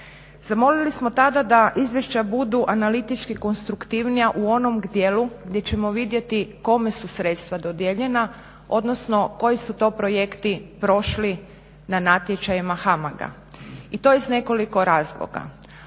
Zamolili smo tada da izvješća budu analitički konstruktivnija u onom dijelu gdje ćemo vidjeti kome su sredstva dodijeljena, odnosno koji su to projekti prošli na natječajima HAMAGA-a i to iz nekoliko razloga.